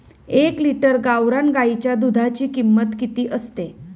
एक लिटर गावरान गाईच्या दुधाची किंमत किती असते?